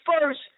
first